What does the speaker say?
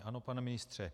Ano, pane ministře.